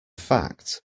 fact